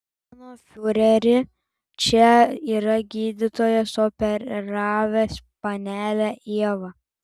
mano fiureri čia yra gydytojas operavęs panelę ievą